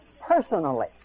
personally